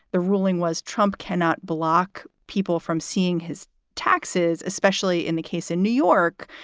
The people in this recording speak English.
the ruling was trump cannot block people from seeing his taxes, especially in the case in new york.